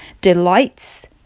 delights